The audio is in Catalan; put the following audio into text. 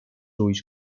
ulls